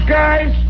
guys